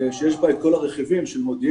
שיש בה את כל הרכיבים של מודיעין,